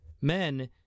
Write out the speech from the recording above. Men